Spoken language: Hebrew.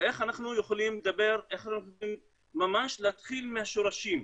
איך אנחנו יכולים להתחיל ממש מהשורשים.